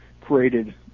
created